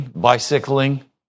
bicycling